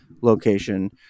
location